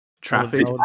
traffic